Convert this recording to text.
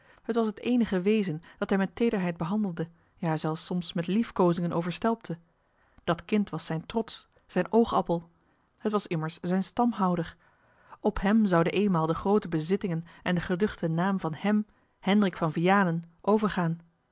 t was het eenige wezen dat hij met teederheid behandelde ja zelfs soms met liefkoozingen overstelpte dat kind was zijn trots zijn oogappel het was immers zijn stamhouder op hem zouden eenmaal de groote bezittingen en de geduchte naam van hem hendrik van vianen overgaan